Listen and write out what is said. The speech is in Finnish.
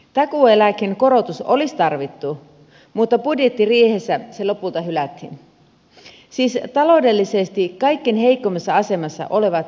takuueläkkeen korotus olisi tarvittu mutta budjettiriihessä se lopulta hylättiin siis taloudellisesti kaikkein heikoimmassa asemassa olevat ihmiset